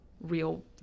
real